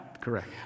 Correct